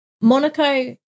Monaco